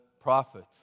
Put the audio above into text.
prophet